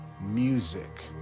music